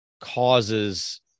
causes